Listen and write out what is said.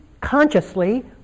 consciously